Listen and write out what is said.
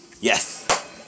Yes